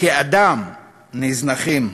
כאדם נזנחים,